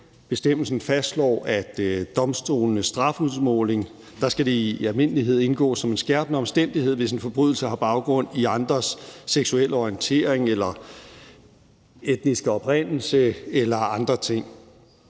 Bestemmelsen fastslår, at det i forbindelse med domstolenes strafudmåling i almindelighed skal indgå som en skærpende omstændighed, hvis en forbrydelse har baggrund i andres seksuelle orientering, etniske oprindelse eller andre ting.